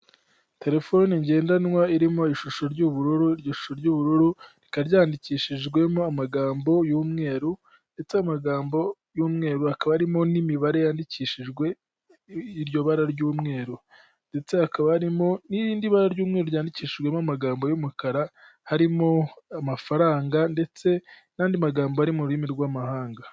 Terefone ngendanwa irimo ishusho ry'ubururu, iryo shusho ry'ubururu rikaba ryandikishijwemo amagambo y'umweru, ndetse ayo amagambo y'umweru akaba arimo n'imibare yandikishijwe iryo bara ry'umweru. Ndetse hakaba harimo n'irindi bara ry'umweru ryandikishijwemo amagambo y'umukara, harimo amafaranga ndetse n'andi magambo ari mu rurimi rw'amahanga.